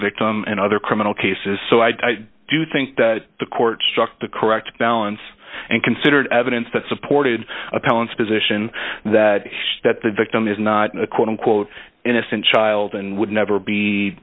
victim and other criminal cases so i do think that the court struck the correct balance and considered evidence that supported appellants position that that the victim is not a quote unquote innocent child and would never be